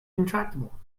intractable